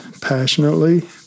passionately